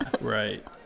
Right